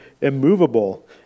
immovable